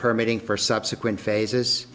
permit ing for subsequent phases